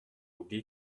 oublié